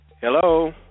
hello